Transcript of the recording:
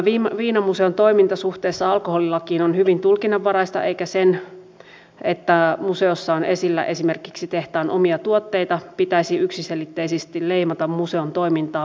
tämän viinamuseon toiminta suhteessa alkoholilakiin on hyvin tulkinnanvaraista eikä sen että museossa on esillä esimerkiksi tehtaan omia tuotteita pitäisi yksiselitteisesti leimata museon toimintaa mainonnalliseksi